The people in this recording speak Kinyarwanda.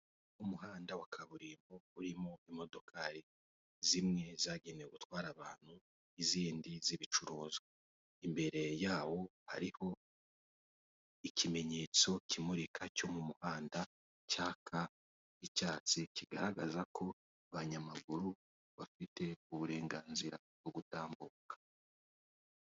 Umuhanda wa kaburimbo urimo imodokari zimwe zagenewe gutwara abantu izindi z'ibicuruzwa, imbere yawo hariho ikimenyetso kimurika cyo mu muhanda cyaka icyatsi kigaragaza ko abanyamaguru bafite uburenganzira bwo gutambuka.